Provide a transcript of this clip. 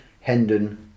Hendon